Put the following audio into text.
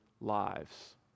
lives